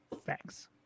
thanks